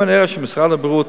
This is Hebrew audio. אם אני אראה שמשרד הבריאות